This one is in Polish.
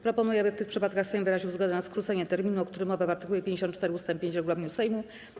Proponuję, aby w tych przypadkach Sejm wyraził zgodę na skrócenie terminu, o którym mowa w art. 54 ust. 5 regulaminu Sejmu.